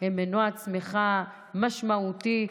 הם מנוע צמיחה משמעותי.